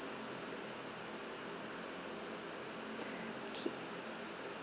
K